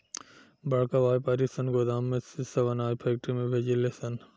बड़का वायपारी सन गोदाम में से सब अनाज फैक्ट्री में भेजे ले सन